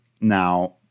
now